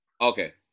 Okay